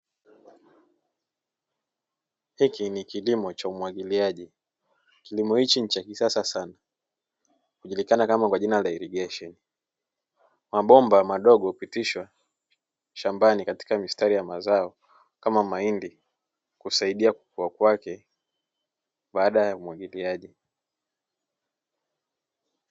Hiki ni kilimo cha umwagiliaji kilimo hichi ni cha kisasa sana, hujulikana kama kwa jina la ¨irrigation¨, mabomba madogo hupitisha shambani katika mistari ya mazao, kama mahindi husaidia kukuwa kwake baada ya umwagiliaji.